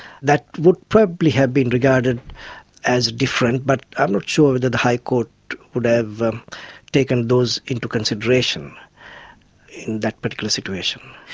that would probably have been regarded as different, but i'm not sure that the high court would have taken those into consideration in that particular situation.